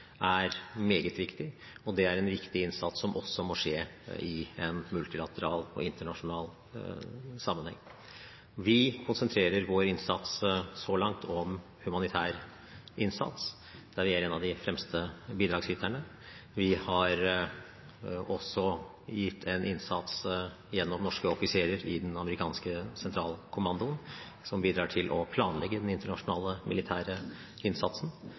er meget viktig, og det er en innsats som også må skje i en multilateral og internasjonal sammenheng. Vi har så langt konsentrert vår innsats om det humanitære, der vi er en av de fremste bidragsyterne. Vi har også ytt en innsats gjennom norske offiserer i den amerikanske sentralkommandoen, som bidrar til å planlegge den internasjonale militære innsatsen.